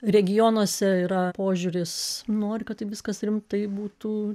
regionuose yra požiūris nori kad tai viskas rimtai būtų